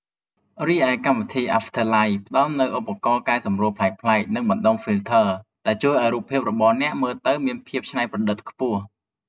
រីឯកម្មវិធី អាហ្វធ័រឡៃ ផ្ដល់នូវឧបករណ៍កែសម្រួលប្លែកៗ និងបណ្តុំ ហ្វីលធ័រ ដែលជួយឱ្យរូបភាពរបស់អ្នកមើលទៅមានភាពច្នៃប្រឌិតខ្ពស់។